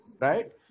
right